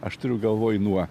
aš turiu galvoj nuo